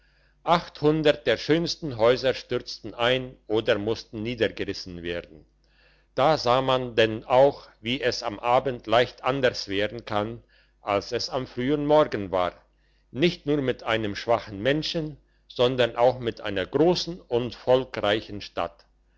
achthundert der schönsten häuser stürzten ein oder mussten niedergerissen werden da sah man denn auch wie es am abend leicht anders werden kann als es am frühen morgen war nicht nur mit einem schwachen menschen sondern auch mit einer grossen und volkreichen stadt